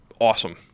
awesome